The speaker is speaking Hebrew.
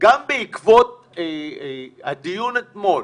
גם בעקבות הדיון אתמול,